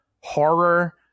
horror